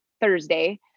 Thursday